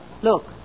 Look